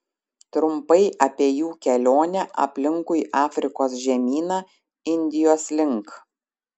trumpai apie jų kelionę aplinkui afrikos žemyną indijos link